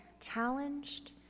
challenged